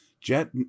Jet